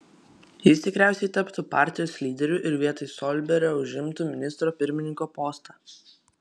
jis tikriausiai taptų partijos lyderiu ir vietoj solsberio užimtų ministro pirmininko postą